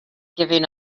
giving